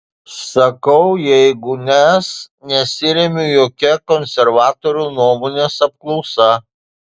sakau jeigu nes nesiremiu jokia konservatorių nuomonės apklausa